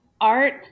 art